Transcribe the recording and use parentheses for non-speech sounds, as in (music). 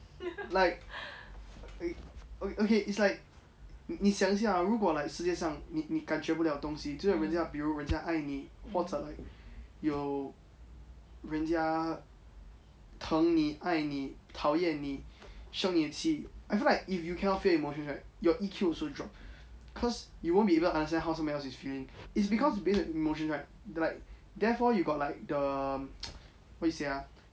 like okay it's like 你想一下啊如果 like 世界上你你感觉不了东西就像人家比如人家爱你或者 like 有人家疼你爱你讨厌你生你气 I feel like if you cannot feel emotions right your E_Q will also drop cause you won't be even understand how so his feeling it's because based on emotions right like therefore you got like the (noise) what you say ah